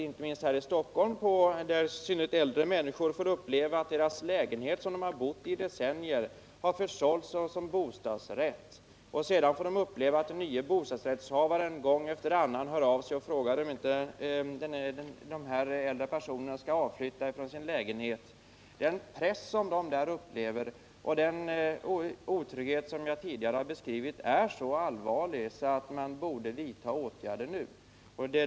Inte minst här i Stockholm får i synnerhet äldre människor uppleva att en lägenhet som de bebott i decennier sålts som bostadsrätt, varefter den nya bostadsrättsinnehavaren gång efter annan hör av sig och frågar om de inte skall flytta från sin lägenhet. Den press som de äldre upplever och den otrygghet som jag tidigare har beskrivit är så allvarlig att man borde vidta åtgärder nu.